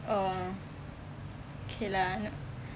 oh okay lah